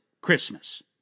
Christmas